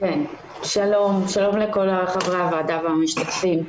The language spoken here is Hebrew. שלום לכל חברי הוועדה והמשתתפים.